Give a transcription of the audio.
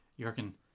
Jurgen